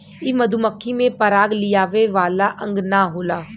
इ मधुमक्खी में पराग लियावे वाला अंग ना होला